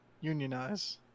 Unionize